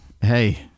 hey